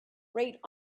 rate